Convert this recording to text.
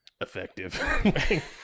effective